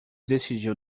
decidiu